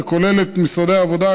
וכוללת את משרדי העבודה,